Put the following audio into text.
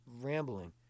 rambling